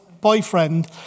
boyfriend